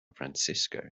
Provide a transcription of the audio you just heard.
francisco